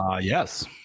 yes